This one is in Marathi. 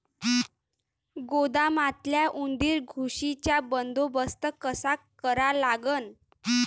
गोदामातल्या उंदीर, घुशीचा बंदोबस्त कसा करा लागन?